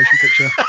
picture